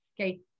Okay